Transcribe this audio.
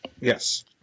Yes